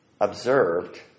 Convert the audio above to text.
observed